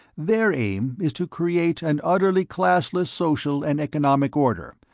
their aim is to create an utterly classless social and economic order,